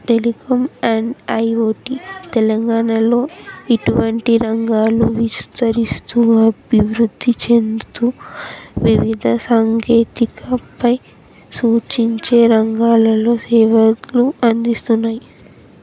telecom and I O T తెలంగాణలో ఇటువంటి రంగాలు విస్తరిస్తూ అభివృద్ధి చెందుతూ వివిధ సాంకేతికపై సూచించే రంగాలలో సేవలు అందిస్తున్నాయి